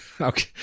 Okay